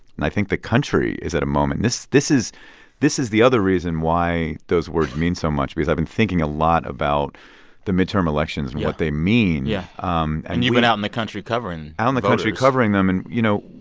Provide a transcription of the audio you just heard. and i think the country is at a moment and this is this is the other reason why those words mean so much, because i've been thinking a lot about the midterm elections and what they mean yeah, um and you've been out in the country covering voters out in the country covering them. and, you know,